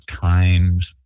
times